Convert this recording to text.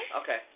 Okay